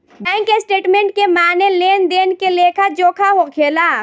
bank statement के माने लेन देन के लेखा जोखा होखेला